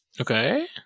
okay